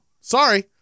sorry